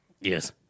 Yes